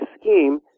scheme